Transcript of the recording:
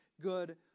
good